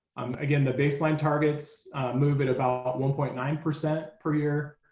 again, the baseline targets move at about one point nine percent per year.